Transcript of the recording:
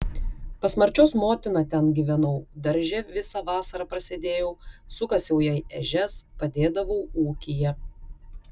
pas marčios motiną ten gyvenau darže visą vasarą prasėdėjau sukasiau jai ežias padėdavau ūkyje